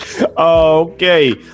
Okay